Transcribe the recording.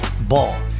Ball